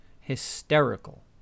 hysterical